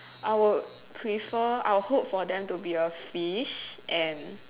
I would prefer I would hope for them to be a fish and